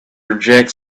reject